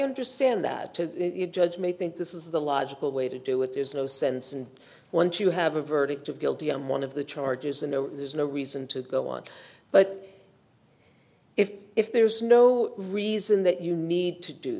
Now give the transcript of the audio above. understand that judge may think this is the logical way to do it is no sense and once you have a verdict of guilty on one of the charges and there's no reason to go on but if if there is no reason that you need to do